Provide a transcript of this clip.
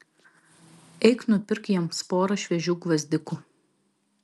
eik nupirk jiems porą šviežių gvazdikų